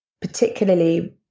particularly